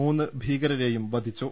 മൂന്ന് ഭീകരരെയും വധിച്ചു